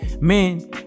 men